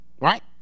Right